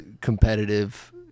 competitive